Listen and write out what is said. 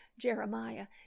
Jeremiah